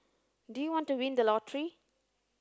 do you want to win the lottery